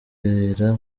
bibera